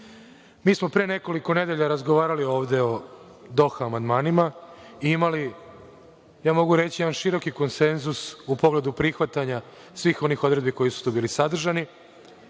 mi smo pre nekoliko nedelja razgovarali ovde o Doh-a amandmanima i imali, mogu reći, jedan široki konsenzus u pogledu prihvatanja svih onih odredbi koje su tu bile sadržane.